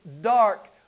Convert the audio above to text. dark